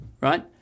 right